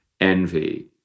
envy